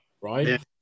right